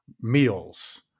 meals